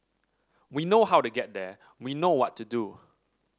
we know how to get there we know what to do